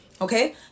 okay